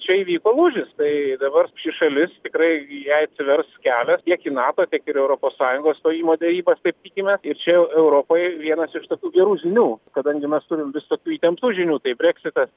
čia įvyko lūžis tai dabar ši šalis tikrai jai atsivers kelias tiek į nato ir europos sąjungos stojimo derybas taip tikime ir čia jau europai vienas iš tokių gerų žinių kadangi mes turim visokių įtemptų žinių tai breksitas